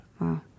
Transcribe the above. Wow